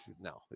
No